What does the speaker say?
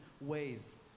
ways